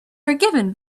forgiven